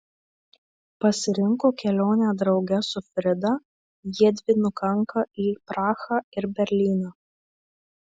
pasirinko kelionę drauge su frida jiedvi nukanka į prahą ir berlyną